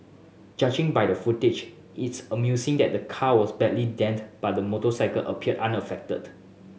judging by the footage it's amusing that the car was badly dent but the motorcycle appeared unaffected